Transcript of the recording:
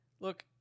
look